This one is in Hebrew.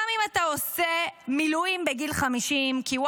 גם אם אתה עושה מילואים בגיל 50 כי,